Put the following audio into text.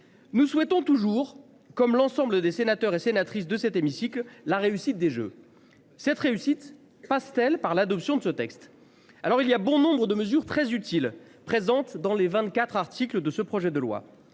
Nous souhaitons toujours comme l'ensemble des sénateurs et sénatrices de cet hémicycle, la réussite des Jeux. Cette réussite passe-t-elle par l'adoption de ce texte. Alors il y a bon nombre de mesures très utile. Présente dans les 24 articles de ce projet de loi